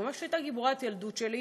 היא ממש הייתה גיבורת ילדות שלי.